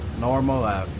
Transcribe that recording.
normal